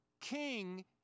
king